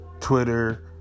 Twitter